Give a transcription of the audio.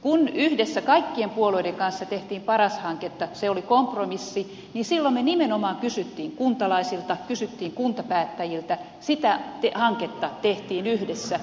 kun yhdessä kaikkien puolueiden kanssa teimme paras hanketta se oli kompromissi ja silloin me nimenomaan kysyimme kuntalaisilta kysyimme kuntapäättäjiltä sitä hanketta tehtiin yhdessä